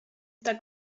tak